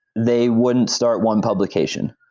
they wouldn't start one publication,